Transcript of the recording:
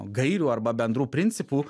gairių arba bendrų principų